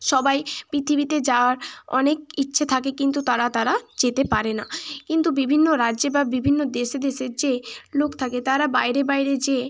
সবাই পৃথিবীতে যাওয়ার অনেক ইচ্ছে থাকে কিন্তু তারা তারা যেতে পারে না কিন্তু বিভিন্ন রাজ্যে বা বিভিন্ন দেশে দেশে যে লোক থাকে তারা বাইরে বাইরে যেয়ে